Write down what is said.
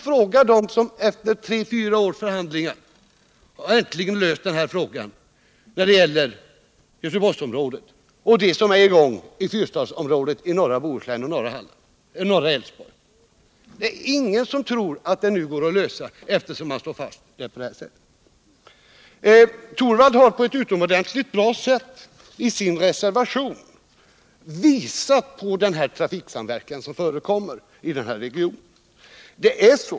Fråga dem som efter tre fyra års förhandlingar har löst den här frågan när det gäller Göteborgsområdet eller se på det som är på gång för fyrstadsområdet i norra Bohus län och norra Älvsborgs län! Det är ingen som tror att det går att genomföra ett system med det som propositionen slår fast. Rune Torwald har på ett mycket bra sätt i sin reservation visat på den trafiksamverkan som förekommer i den här regionen.